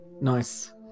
nice